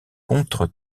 contre